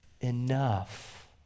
enough